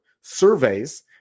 surveys